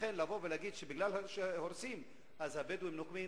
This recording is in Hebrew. לכן לבוא ולהגיד שמשום שהורסים אז הבדואים נוקמים,